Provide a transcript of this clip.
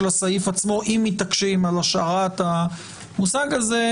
הסעיף עצמו אם מתעקשים על השארת המושג הזה,